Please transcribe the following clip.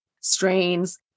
strains